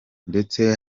ndetse